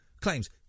claims